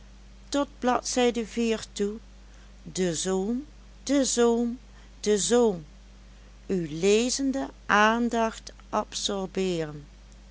tot bladzijde de vier toe de zoom de zoom de zoom uw lezende aandacht absorbeeren